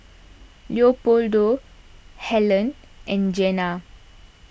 Leopoldo Hellen and Jenna